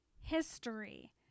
history